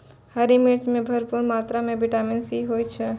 हरी मिर्च मॅ भरपूर मात्रा म विटामिन सी होय छै